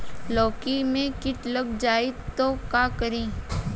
लौकी मे किट लग जाए तो का करी?